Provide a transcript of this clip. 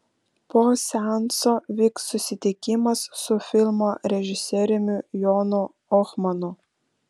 po seanso vyks susitikimas su filmo režisieriumi jonu ohmanu